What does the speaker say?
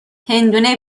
هندونه